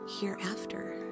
hereafter